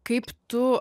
kaip tu